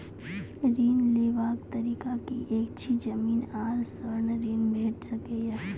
ऋण लेवाक तरीका की ऐछि? जमीन आ स्वर्ण ऋण भेट सकै ये?